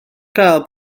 gael